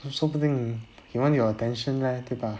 说不定 he want your attention leh 对吧